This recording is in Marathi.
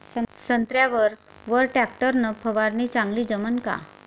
संत्र्यावर वर टॅक्टर न फवारनी चांगली जमन का?